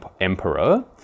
emperor